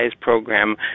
program